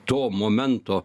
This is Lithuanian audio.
to momento